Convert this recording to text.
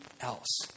else